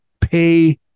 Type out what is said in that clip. pay